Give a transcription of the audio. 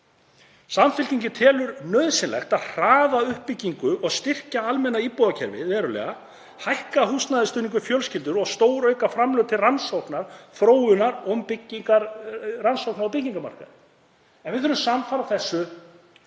Samfylkingin telur nauðsynlegt að hraða uppbyggingu og styrkja almenna íbúðakerfið verulega, hækka húsnæðisstuðning við fjölskyldur og stórauka framlög til rannsókna og þróunar og byggingarrannsókna á byggingarmarkaði. En við þurfum samfara þessu